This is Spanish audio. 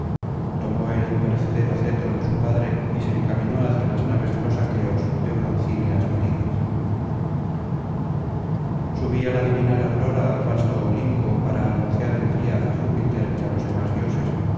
tomó el imperecedero cetro de su padre y se encaminó hacia las naves de los aqueos de broncíneas loriga su la divinal aurora al vasto olimpo para anunciar el día á júpiter y á los demás dioses